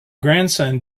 grandson